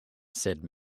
said